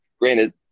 Granted